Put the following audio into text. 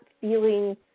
feeling